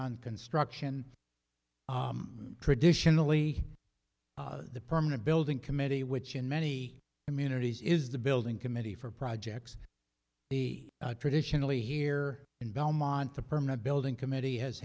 on construction traditionally the permanent building committee which in many communities is the building committee for projects the traditionally here in belmont the permanent building committee has